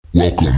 welcome